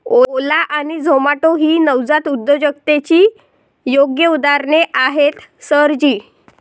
ओला आणि झोमाटो ही नवजात उद्योजकतेची योग्य उदाहरणे आहेत सर जी